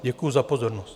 Děkuji za pozornost.